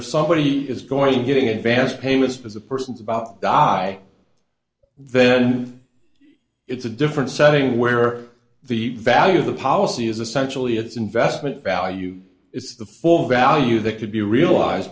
if somebody is going getting advance payment as a person's about die then it's a different setting where the value of the policy is essentially its investment value is the full value that could be realized